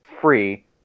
free